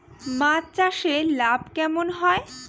মাছ চাষে লাভ কেমন হয়?